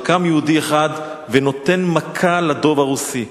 וקם יהודי אחד ונותן מכה לדוב הרוסי.